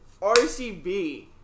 RCB